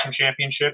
Championship